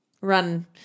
run